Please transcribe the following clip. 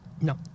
No